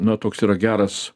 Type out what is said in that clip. na toks yra geras